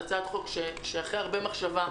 זו הצעת חוק שיזמתי אחרי הרבה מחשבה,